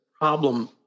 problem